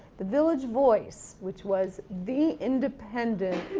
the village voice, which was the independent,